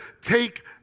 take